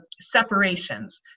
separations